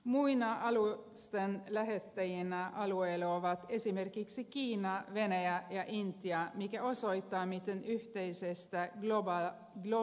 muina alusten lähettäjinä alueelle ovat esimerkiksi kiina venäjä ja intia mikä osoittaa miten yhteisestä globaalista asiasta on kyse